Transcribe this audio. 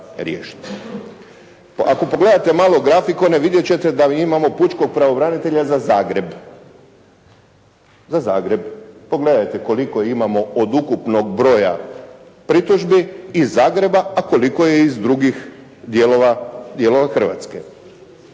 Ako pogledate malo grafikone vidjet ćete da imamo pučkog pravobranitelja za Zagreb, za Zagreb. Pogledajte koliko imamo od ukupnog broja pritužbi iz Zagreba, a koliko je iz drugih dijelova Hrvatske.